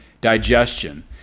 digestion